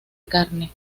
carne